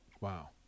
Wow